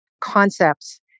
concepts